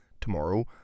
Tomorrow